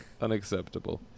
unacceptable